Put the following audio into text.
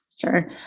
sure